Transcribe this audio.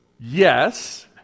Yes